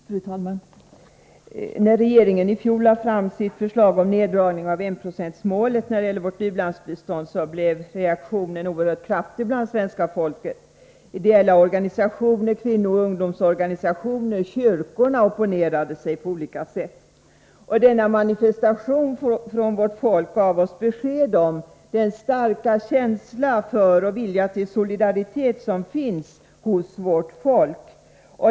Fru talman! När regeringen i fjol lade fram sitt förslag om neddragning av enprocentsmålet när det gäller vårt u-landsbistånd blev reaktionen bland svenska folket oerhört kraftig. Ideella organisationer, kvinnooch ungdomsorganisationer och kyrkorna opponerade sig på olika sätt. Denna manifestation från vårt folk gav oss besked om den starka känsla för och vilja till solidaritet som finns hos vårt folk.